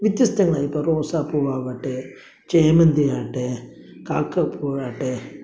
വ്യത്യസ്തങ്ങളായി ഇപ്പം റോസാപൂ ആവട്ടെ ചേമന്തിയാവട്ടേ കാക്കപ്പൂ ആവട്ടേ